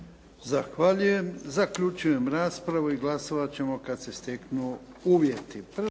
Zahvaljujem. Zaključujem raspravu i glasovat ćemo kada se steknu uvjeti.